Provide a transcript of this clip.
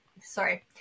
sorry